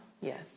Yes